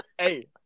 hey